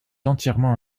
entièrement